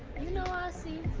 you know i see.